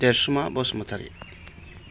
Dersuma Basumatary